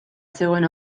zegoen